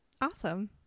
Awesome